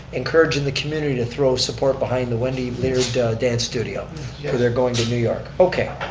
encouraging the community to throw support behind the wendy leard dance studio for their going to new york? okay.